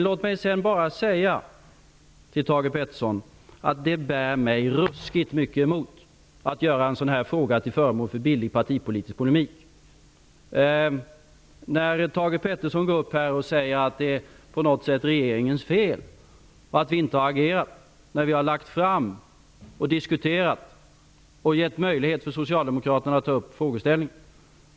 Låt mig sedan bara säga till Thage G Peterson att det bär mig ruskigt mycket emot att göra en sådan här fråga till föremål för billig partipolitisk polemik. Thage G Peterson säger att det på något sätt är regeringens fel och att regeringen inte har agerat. Vi har lagt fram förslag och diskuterat och givit socialdemokraterna möjlighet att ta upp frågeställningen.